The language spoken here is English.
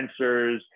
sensors